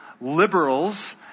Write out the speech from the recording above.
liberals